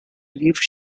believed